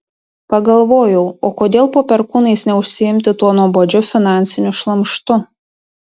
pagalvojau o kodėl po perkūnais neužsiimti tuo nuobodžiu finansiniu šlamštu